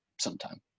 sometime